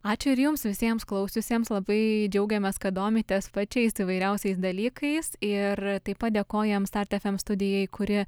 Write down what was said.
ačiū ir jums visiems klausiusiems labai džiaugiamės kad domitės pačiais įvairiausiais dalykais ir taip pat dėkojam start fm studijai kuri